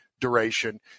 duration